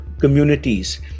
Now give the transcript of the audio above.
communities